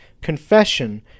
confession